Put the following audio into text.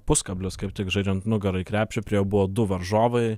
puskablis kaip tik žaidžiant nugara į krepšį prie jo buvo du varžovai